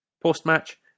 Post-match